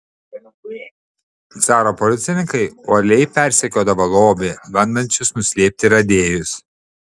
caro policininkai uoliai persekiodavo lobį bandančius nuslėpti radėjus